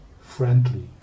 friendly